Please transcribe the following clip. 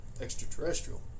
extraterrestrial